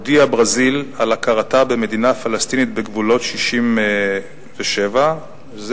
הודיעה ברזיל על הכרתה במדינה פלסטינית בגבולות 67'; זה